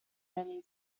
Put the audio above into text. many